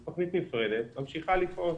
זו תוכנית נפרדת שממשיכה לפעול.